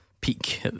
peak